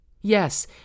Yes